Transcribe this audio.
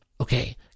Okay